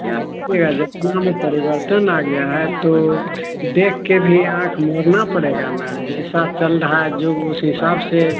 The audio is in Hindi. क्या कीजिएगा ज़माने में परिवर्तन आ गया है तो देखकर भी आँख मूंदना पड़ेगा न जैसा चल रहा है जो उस हिसाब से